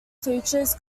features